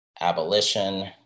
abolition